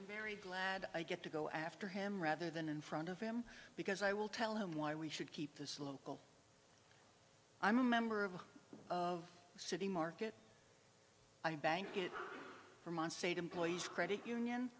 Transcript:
very glad i get to go after him rather than in front of him because i will tell him why we should keep this local i'm a member of the city market i bank it from on state employees credit union